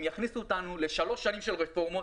הם יכניסו אותנו לשלוש שנים של רפורמות